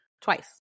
twice